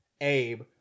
Abe